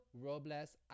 robles